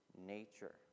nature